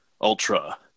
ultra